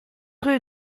rue